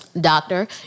Doctor